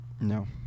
no